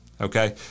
okay